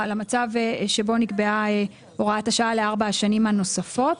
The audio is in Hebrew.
למצב שבו נקבעה הוראת השעה לארבע השנים הנוספות.